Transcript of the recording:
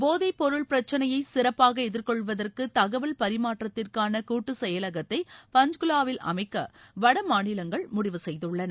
போதைப் பொருள் பிரச்சினையை சிறப்பாக எதிர்கொள்வதற்கு தகவல் பரிமாற்றத்திற்கான கூட்டுச்செயலகத்தை பஞ்குலாவில் அமைக்க வட மாநிலங்கள் முடிவு செய்துள்ளன